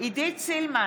עידית סילמן,